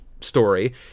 story